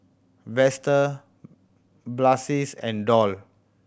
Vester Blaise and Doll